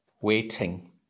waiting